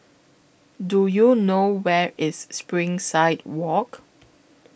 Do YOU know Where IS Springside Walk